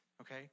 okay